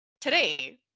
today